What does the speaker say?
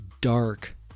dark